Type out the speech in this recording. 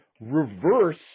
reverse